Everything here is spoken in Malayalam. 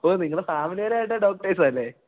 അപ്പോള് നിങ്ങള് ഫാമിലിപരമായിട്ട് ഡോക്ടേഴ്സാണല്ലേ